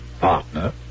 partner